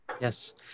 Yes